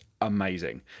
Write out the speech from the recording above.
amazing